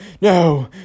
no